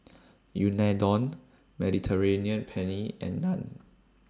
Unadon Mediterranean Penne and Naan